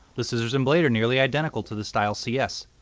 the scissors and blade are nearly identical to the style cs.